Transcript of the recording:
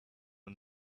and